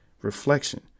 reflection